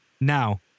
Now